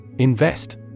Invest